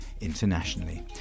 internationally